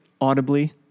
audibly